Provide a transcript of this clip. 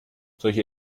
solche